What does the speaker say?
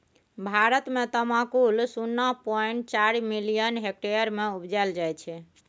भारत मे तमाकुल शुन्ना पॉइंट चारि मिलियन हेक्टेयर मे उपजाएल जाइ छै